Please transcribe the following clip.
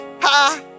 Ha